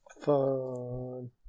Fun